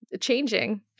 changing